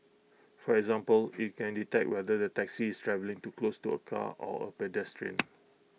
for example IT can detect whether the taxi is travelling too close to A car or A pedestrian